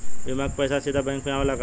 बीमा क पैसा सीधे बैंक में आवेला का?